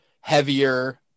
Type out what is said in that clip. heavier